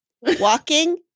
walking